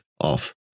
off